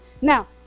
Now